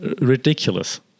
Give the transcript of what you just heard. Ridiculous